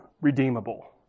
redeemable